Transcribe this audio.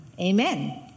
Amen